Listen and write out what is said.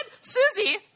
Susie